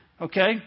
Okay